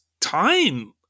time